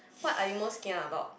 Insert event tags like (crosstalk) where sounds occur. (breath)